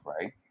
right